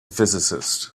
physicist